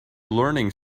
learning